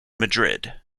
madrid